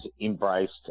embraced